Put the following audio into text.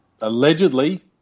Allegedly